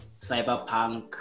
cyberpunk